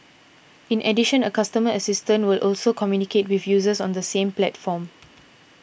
in addition a customer assistant will also communicate with users on the same platforms